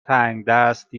تنگدست